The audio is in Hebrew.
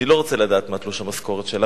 אני לא רוצה לדעת מה תלוש המשכורת שלה,